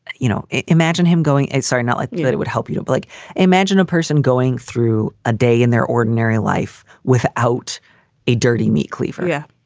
you know imagine him going a certain like now that it would help you to like imagine a person going through a day in their ordinary life without a dirty meat cleaver. yeah.